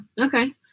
okay